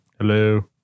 Hello